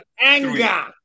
anger